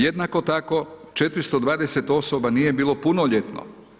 Jednako tako 420 osoba nije bilo punoljetno.